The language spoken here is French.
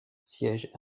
siège